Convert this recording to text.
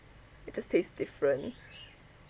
it just tastes different